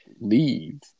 leave